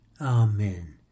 Amen